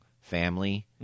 family